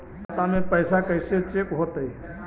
खाता में पैसा कैसे चेक हो तै?